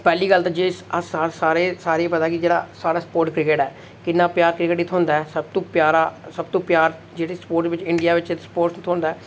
पैहली गल्ल ते जे अस सारें गी पता के जेह्ड़ा साढ़ा स्पोर्ट क्रिकेट ऐ इन्ना प्यार क्रिकेट गी थ्होंदा ऐ सब तूं प्यारा जेह्ड़ी स्पोर्ट बिच्च इंडिया बिच्च स्पोर्ट्स गी थ्होंदा